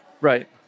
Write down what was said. Right